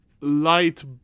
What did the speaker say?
Light